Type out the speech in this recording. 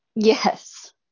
Yes